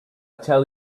tell